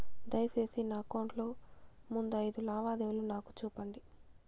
దయసేసి నా అకౌంట్ లో ముందు అయిదు లావాదేవీలు నాకు చూపండి